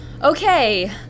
Okay